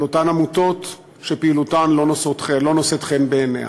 על אותן עמותות שפעילותן לא נושאת חן בעיניה.